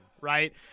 right